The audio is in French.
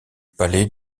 palais